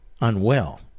unwell